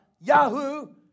Yahoo